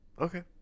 okay